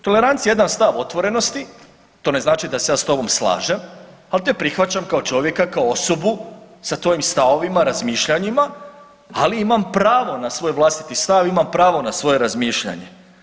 Tolerancija je jedan stav otvorenosti, to ne znači da se ja s tobom slažem, al te prihvaćam kao čovjeka, kao osobu sa tvojim stavovima, razmišljanjima, ali imam pravo na svoj vlastiti stav i imam pravo na svoje razmišljanje.